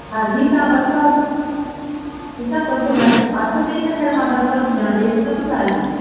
हा ठीकु आहे ॿ सौ ठीकु आहे तोखे मां पासे में आहे हिन करे ॿ सौ थी चया ॿिए खे न ॿुधाइजे